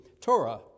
Torah